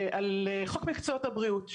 על חוק מקצועות הבריאות,